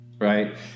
Right